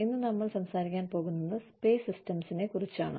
ഇന്ന് നമ്മൾ സംസാരിക്കാൻ പോകുന്നത് പേ സിസ്റ്റമ്സ്നെക്കുറിച്ചാണ്